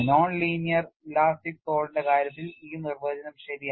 non linear elastic സോളിഡിന്റെ കാര്യത്തിൽ ഈ നിർവചനം ശരിയാണ്